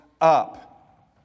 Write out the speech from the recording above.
up